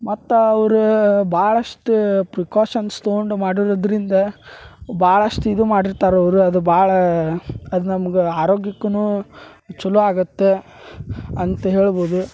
ಮತ್ತೆ ಅವರ ಭಾಳಷ್ಟ ಪ್ರಿಕೋಷನ್ಸ್ ತಗೊಂಡು ಮಾಡಿರುದರಿಂದ ಭಾಳಷ್ಟ್ ಇದು ಮಾಡಿರ್ತಾರ ಅವರ ಅದು ಭಾಳ ಅದು ನಮ್ಗ ಆರೋಗ್ಯಕ್ಕುನೂ ಛಲೋ ಆಗತ್ತೆ ಅಂತ ಹೇಳ್ಬೋದು